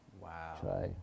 Wow